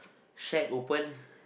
shack open